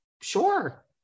sure